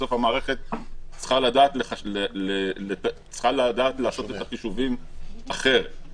בסוף המערכת צריכה לדעת לעשות את החישובים אחרת.